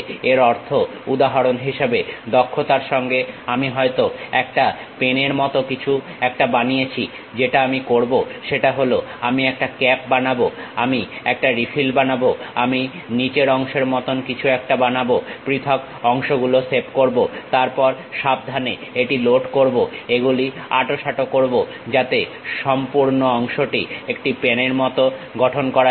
এর অর্থ উদাহরণ হিসেবে দক্ষতার সঙ্গে আমি হয়তো একটা পেনের মতো কিছু একটা বানাতে চাইছি যেটা আমি করবো সেটা হলো আমি একটা ক্যাপ বানাবো আমি একটা রিফিল বানাবো আমি নিচের অংশের মতো কিছু একটা বানাবো পৃথক অংশগুলো সেভ করবো তারপর সাবধানে এটি লোড করবো এগুলি আঁটোসাঁটো করবো যাতে সম্পূর্ণ অংশটি একটি পেনের মতো গঠন করা যায়